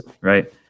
right